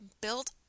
Build